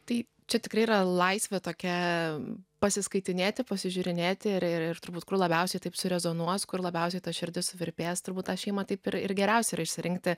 tai čia tikrai yra laisvė tokia pasiskaitinėti pasižiūrinėti ir ir ir turbūt kur labiausiai taip surezonuos kur labiausiai ta širdis suvirpės turbūt tą šeimą taip ir ir geriausia yra išsirinkti